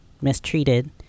mistreated